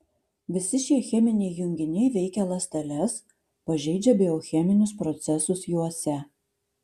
visi šie cheminiai junginiai veikia ląsteles pažeidžia biocheminius procesus juose